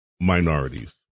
minorities